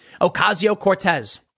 Ocasio-Cortez